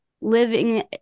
living